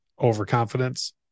overconfidence